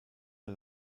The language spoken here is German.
der